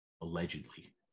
allegedly